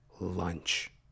lunch